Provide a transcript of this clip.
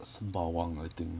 sembawang I think